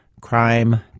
crime